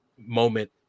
moment